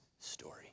story